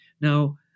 Now